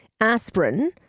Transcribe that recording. aspirin